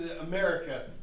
America